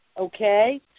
Okay